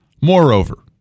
Moreover